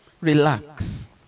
Relax